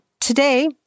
today